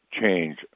change